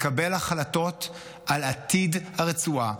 לקבל החלטות על עתיד הרצועה,